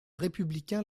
républicain